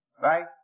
Right